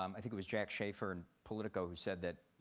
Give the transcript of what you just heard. um i think was jack shafer in politico who said that,